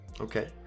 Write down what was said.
Okay